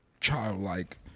childlike